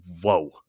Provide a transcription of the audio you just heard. whoa